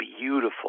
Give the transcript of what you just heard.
beautiful